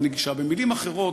במילים אחרות,